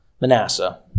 Manasseh